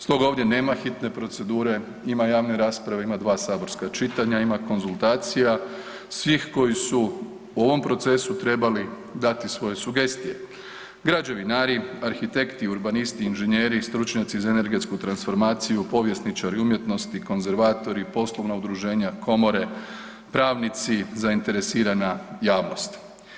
Stoga ovdje nema hitne procedure, ima javne rasprave, ima dva saborska čitanja, ima konzultacija svih koji su u ovom procesu trebali dati svoja sugestije građevinari, arhitekti, urbanisti, inženjeri i stručnjaci za energetsku transformaciju, povjesničari umjetnosti, konzervatori, poslovna udruženja, komore, pravnici, zainteresirana javnost.